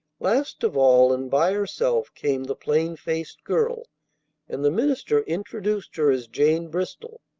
last of all, and by herself, came the plain-faced girl and the minister introduced her as jane bristol.